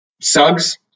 Suggs